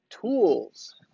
tools